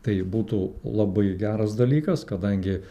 tai būtų labai geras dalykas kadangi